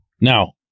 Now